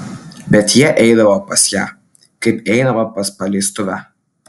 bet jie eidavo pas ją kaip einama pas paleistuvę